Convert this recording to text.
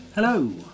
Hello